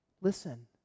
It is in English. Listen